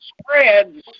spreads